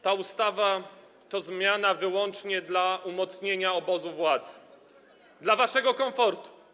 Ta ustawa to zmiana wyłącznie dla umocnienia obozu władzy, dla waszego komfortu.